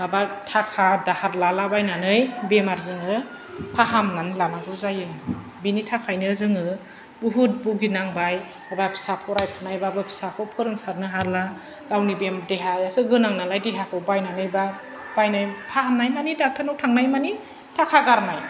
माबा थाखा दाहार लालाबायनानै बेमाजोंनो फामनानै लानांगौ जायो बिनि थाखायनो जोङो बुहुत बुगिनांबाय माबा फिसा फरायफुनायबाबो फिसाखौ फोरोंस्लाबनो हाला गावनि बेम देहायानो गोनां नालाय देहाखौ बायनानै बा बायनाय फाहामनाय मानि डाक्टारनाव थांनांनाय मानि थाखा गारनाय